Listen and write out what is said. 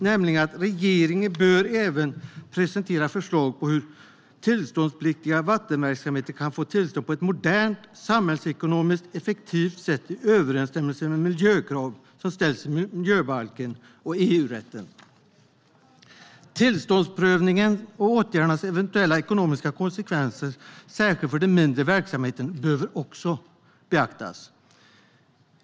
Det innebär att regeringen även bör presentera förslag på hur tillståndspliktiga vattenverksamheter kan få tillstånd på ett modernt och samhällsekonomiskt effektivt sätt i överensstämmelse med de miljökrav som ställs i miljöbalken och EU-rätten. Tillståndsprövningens och åtgärdernas eventuella ekonomiska konsekvenser särskilt för mindre verksamheter behöver också beaktas.